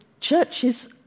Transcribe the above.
churches